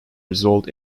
result